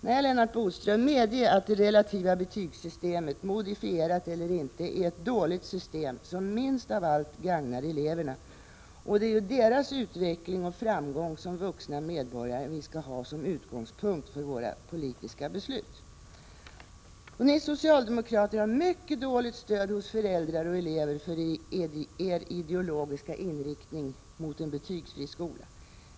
Medge, Lennart Bodström, att det relativa betygssystemet, modifierat eller inte, är ett dåligt system som minst av allt gagnar eleverna. Och det är deras utveckling och framgång som vuxna medborgare vi skall ha som utgångspunkt för våra politiska beslut. Ni socialdemokrater har mycket dåligt stöd hos föräldrar och elever för er ideologiska inriktning mot en betygsfri skola.